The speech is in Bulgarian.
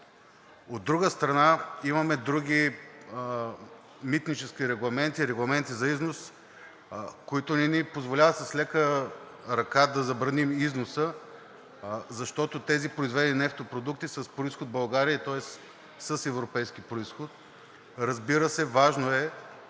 От друга страна, имаме други митнически регламенти, регламенти за износ, които не ни позволяват с лека ръка да забраним и износа, защото тези произведени нефтопродукти са с произход България, тоест с европейски произход. Разбира се, важно е